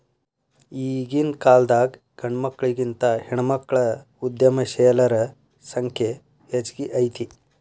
ಈಗಿನ್ಕಾಲದಾಗ್ ಗಂಡ್ಮಕ್ಳಿಗಿಂತಾ ಹೆಣ್ಮಕ್ಳ ಉದ್ಯಮಶೇಲರ ಸಂಖ್ಯೆ ಹೆಚ್ಗಿ ಐತಿ